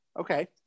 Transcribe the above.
Okay